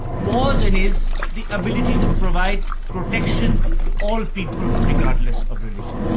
was and is the ability to provide protection to all people regardless of religion.